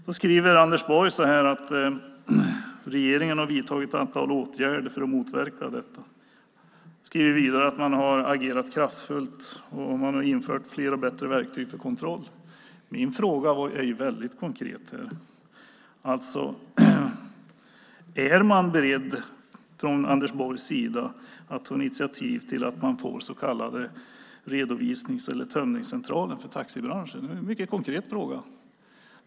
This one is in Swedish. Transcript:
Nu skriver Anders Borg att regeringen har vidtagit ett antal åtgärder för att motverka detta. Han skriver vidare att man har agerat kraftfullt och infört fler och bättre verktyg för kontroll. Min fråga är väldigt konkret. Är Anders Borg beredd att ta initiativ till att man får så kallade redovisnings eller tömningscentraler för taxibranschen? Det är en mycket konkret fråga.